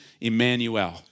Emmanuel